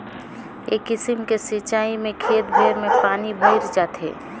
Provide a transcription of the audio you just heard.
ए किसिम के सिचाई में खेत भेर में पानी भयर जाथे